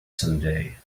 someday